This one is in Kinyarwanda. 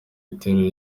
imiterere